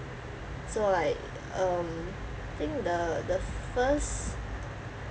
so like um think the the first